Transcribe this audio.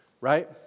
right